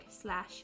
slash